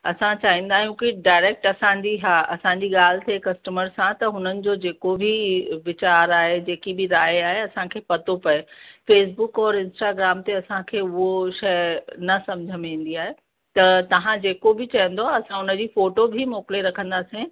असां चाहींदा आहियूं की डायरेक्ट असांजी हा असांजी ॻाल्हि थिए कस्टमर सां त हुननि जो जेको बि वीचारु आहे जेकी बि राय आहे असांखे पतो पए फेसबुक औरि इंस्टाग्राम ते असांखे उहो शइ न सम्झ में ईंदी आहे त तव्हां जेको बि चवंदव असां हुन जी फोटो बि मोकिले रखंदासीं